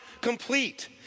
complete